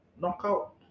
knockout